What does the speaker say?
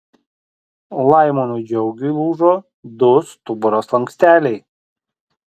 laimonui džiaugiui lūžo du stuburo slanksteliai